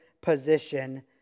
position